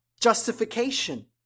justification